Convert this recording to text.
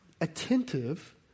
attentive